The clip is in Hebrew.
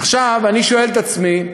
עכשיו, אני שואל את עצמי: